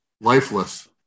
lifeless